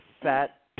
fat